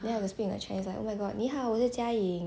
then I have to speak in my chinese like oh my god 你好我叫 jia ying